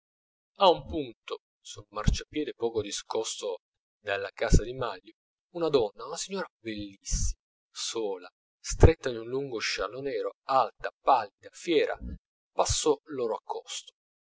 un punto sul marciapiedi poco discosto dalla casa di manlio una donna una signora bellissima sola stretta in un lungo sciallo nero alta pallida fiera passò loro accosto